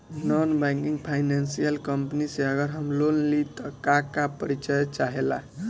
Non banking financial company से अगर हम लोन लि त का का परिचय चाहे ला?